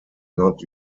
not